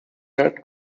third